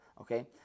okay